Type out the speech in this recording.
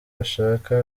bashaka